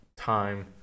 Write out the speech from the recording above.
time